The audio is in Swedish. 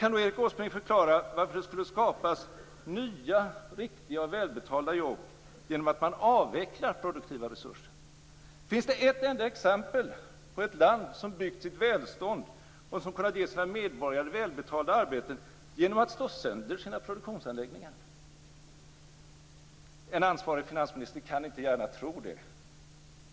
Kan Erik Åsbrink förklara varför det skulle skapas nya, riktiga och välbetalda jobb genom att man avvecklar produktiva resurser? Finns det ett enda exempel på ett land som byggt sitt välstånd, och som kunnat ge sina medborgare välbetalda arbeten, genom att slå sönder sina produktionsanläggningar?